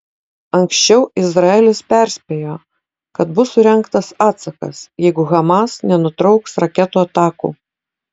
anksčiau izraelis perspėjo kad bus surengtas atsakas jeigu hamas nenutrauks raketų atakų